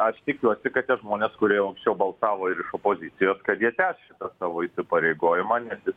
aš tikiuosi kad tie žmonės kurie jau anksčiau balsavo ir iš opozicijos kad jie tęs šitą savo įsipareigojimą nes jis